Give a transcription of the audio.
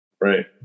Right